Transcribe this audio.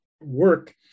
work